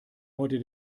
heute